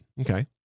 Okay